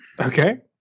okay